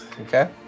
Okay